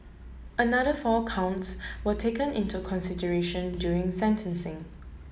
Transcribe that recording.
another four counts were taken into consideration during sentencing